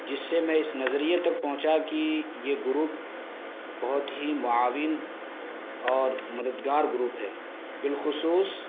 جس سے میں اس نظریے تک پہنچا کہ یہ گروپ بہت ہی معاون اور مددگار گروپ ہے بالخصوص